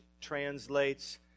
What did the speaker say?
translates